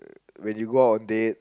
when you go out on date